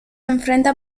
enfrenta